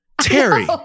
Terry